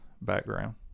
background